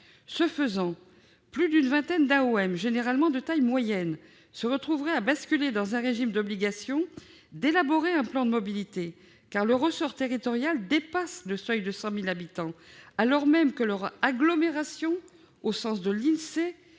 Ce faisant, plus d'une vingtaine d'AOM, généralement de taille moyenne, se retrouveraient à basculer dans un régime d'obligation d'élaborer un plan de mobilité, car leur ressort territorial dépasse le seuil de 100 000 habitants, alors même que leur agglomération, au sens de l'Insee,